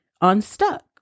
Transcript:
unstuck